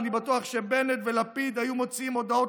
אני בטוח שבנט ולפיד היו מוציאים הודעות